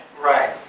Right